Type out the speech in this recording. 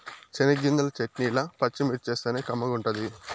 చెనగ్గింజల చెట్నీల పచ్చిమిర్చేస్తేనే కమ్మగుంటది